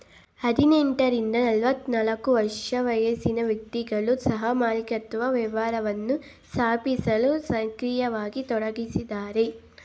ಹದಿನೆಂಟ ರಿಂದ ಆರವತ್ತನಾಲ್ಕು ವರ್ಷ ವಯಸ್ಸಿನ ವ್ಯಕ್ತಿಗಳು ಸಹಮಾಲಿಕತ್ವ ವ್ಯವಹಾರವನ್ನ ಸ್ಥಾಪಿಸಲು ಸಕ್ರಿಯವಾಗಿ ತೊಡಗಿಸಿದ್ದಾರೆ